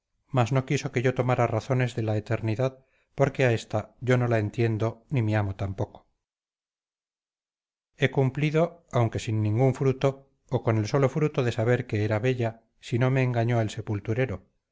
mas no quiso que yo tomara razones de la eternidad porque a esta yo no la entiendo ni mi amo tampoco he cumplido aunque sin ningún fruto o con el solo fruto de saber que era bella si no me engañó el sepulturero